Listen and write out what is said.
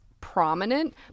prominent